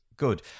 Good